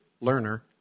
learner